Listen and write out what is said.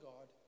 God